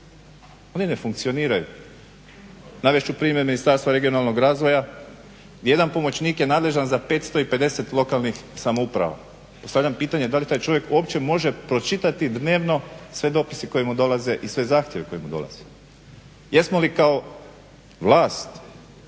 oni ne funkcioniraju. Navest ću primjer Ministarstva regionalnog razvoja, jedan pomoćnik je nadležan za 550 lokalnih samouprava. Postavljam pitanje da li taj čovjek uopće može pročitati dnevno sve dopise koji mu dolaze, i sve zahtjeve koji mu dolaze. Jesmo li kao vlast